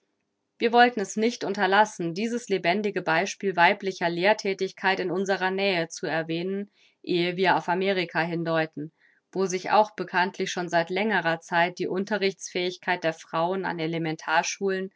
wir wollten es nicht unterlassen dieses lebendige beispiel weiblicher lehrthätigkeit in unserer nähe zu erwähnen ehe wir auf amerika hindeuten wo sich auch bekanntlich schon seit längerer zeit die unterrichtsfähigkeit der frauen an elementarschulen